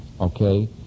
Okay